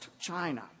China